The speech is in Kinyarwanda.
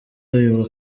uyu